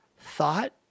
thought